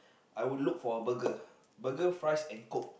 I would look for a burger burger fries and coke